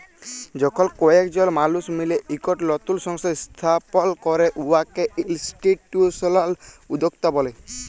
যখল কয়েকজল মালুস মিলে ইকট লতুল সংস্থা ইস্থাপল ক্যরে উয়াকে ইলস্টিটিউশলাল উদ্যক্তা ব্যলে